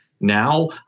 Now